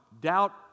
doubt